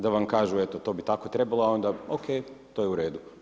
Da vam kažu, evo to bi tako trebalo, a onda oke, to je u redu.